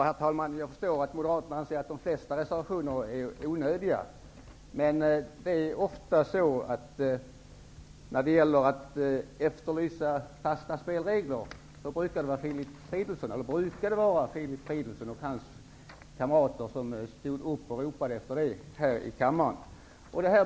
Herr talman! Jag förstår att Moderaterna anser att flertalet reservationer är onödiga. Men när det gäller att efterlysa fasta spelregler brukar det vara Filip Fridolfsson och hans kamrater som ropar efter sådana här i kammaren.